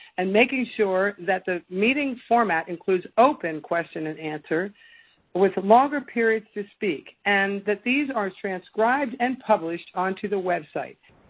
and making sure that the meeting format includes open question and answer with longer periods to speak, and that these are transcribed and published onto the website.